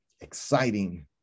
exciting